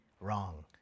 wrong